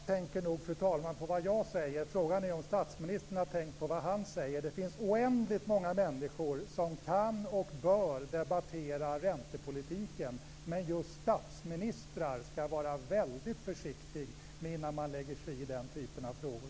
Fru talman! Jag tänker nog på vad jag säger. Frågan är om statsministern har tänkt på vad han säger. Det finns oändligt många människor som kan och bör debattera räntepolitiken, men just statsministern skall vara väldigt försiktig innan han lägger sig i den typen av frågor.